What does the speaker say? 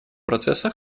процесса